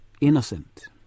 Innocent